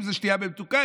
אם זאת שתייה מתוקה?